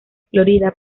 florida